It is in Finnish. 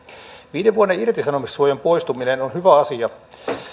viiden vuoden irtisanomissuojan poistuminen on on hyvä asia